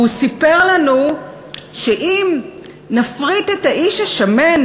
והוא סיפר לנו שאם נפריט את האיש השמן,